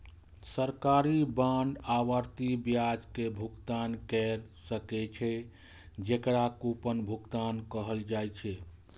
सरकारी बांड आवर्ती ब्याज के भुगतान कैर सकै छै, जेकरा कूपन भुगतान कहल जाइ छै